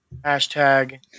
Hashtag